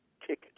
ticket